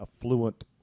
affluent